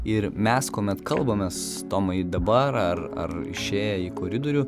ir mes kuomet kalbamės tomai dabar ar išėję į koridorių